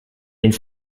ins